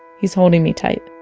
he's holding me tight